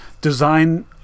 design